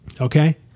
Okay